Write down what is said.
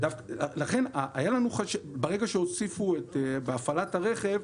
ברגע שהוסיפו את המילים "בהפעלת הרכב",